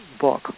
book